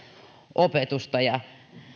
opetusta